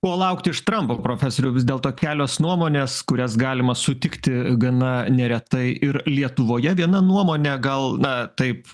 ko laukti iš trampo profesoriau vis dėlto kelios nuomonės kurias galima sutikti gana neretai ir lietuvoje viena nuomonė gal na taip